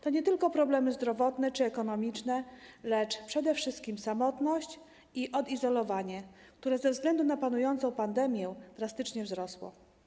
To nie tylko problemy zdrowotne czy ekonomiczne, lecz przede wszystkim samotność i odizolowanie, które ze względu na panującą pandemię drastycznie się zwiększyły.